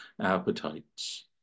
appetites